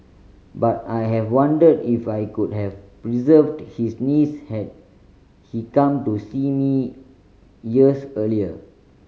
but I have wondered if I could have preserved his knees had he come to see me years earlier